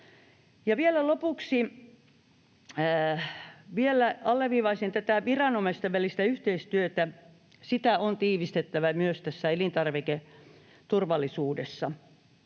Lopuksi vielä alleviivaisin tätä viranomaisten välistä yhteistyötä. Sitä on tiivistettävä myös tässä elintarviketurvallisuudessa.